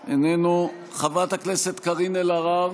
איננו, חברת הכנסת קארין אלהרר,